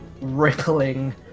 rippling